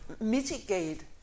mitigate